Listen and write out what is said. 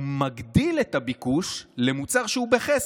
הוא מגדיל את הביקוש למוצר שהוא בחסר.